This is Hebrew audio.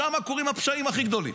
שם קוראים הפשעים הכי גדולים.